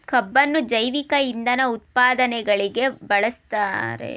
ಕಬ್ಬುನ್ನು ಜೈವಿಕ ಇಂಧನ ಉತ್ಪಾದನೆಗೆ ಬೆಳೆಸ್ತಾರೆ ಬ್ರೆಜಿಲ್ನಲ್ಲಿ ಕಬ್ಬನ್ನು ಈಥೈಲ್ ಆಲ್ಕೋಹಾಲ್ ಉತ್ಪಾದಿಸಲು ಬಳಸ್ತಾರೆ